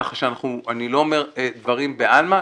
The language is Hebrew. כך שאני לא אומר דברים בעלמה,